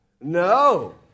No